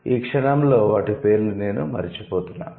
ఈ క్షణంలో వాటి పేర్లు నేను మరచిపోతున్నాను